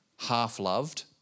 half-loved